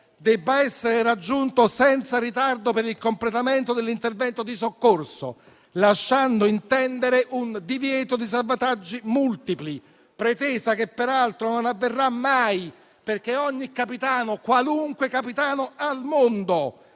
deve essere raggiunto senza ritardo per il completamento dell'intervento di soccorso, lasciando intendere un divieto di salvataggi multipli, pretesa che peraltro non avverrà mai, perché ogni capitano, qualunque capitano al mondo